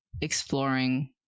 exploring